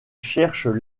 cherchent